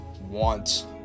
want